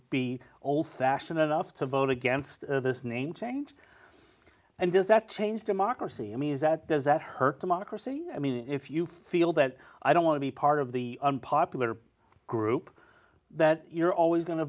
be old fashioned enough to vote against this name change and does that change democracy i mean is that does that hurt democracy i mean if you feel that i don't want to be part of the unpopular group that you're always going to